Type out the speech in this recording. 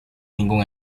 ningún